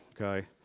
okay